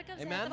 amen